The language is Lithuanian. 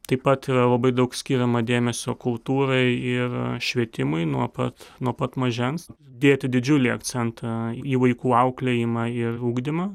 taip pat yra labai daug skiriama dėmesio kultūrai ir švietimui nuo pat nuo pat mažens dėti didžiulį akcentą į vaikų auklėjimą ir ugdymą